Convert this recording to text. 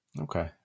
Okay